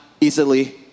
easily